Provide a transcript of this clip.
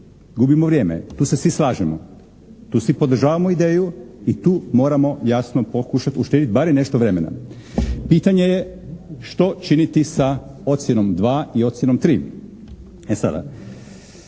gubimo vrijeme. Tu se svi slažemo. Tu svi podržavamo ideju i tu moramo jasno pokušati uštediti barem nešto vremena. Pitanje je što činiti sa ocjenom dva i ocjenom